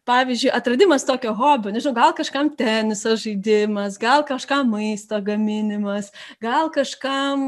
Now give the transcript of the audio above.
pavyzdžiui atradimas tokio hobio nežinau gal kažkam teniso žaidimas gal kažkam maisto gaminimas gal kažkam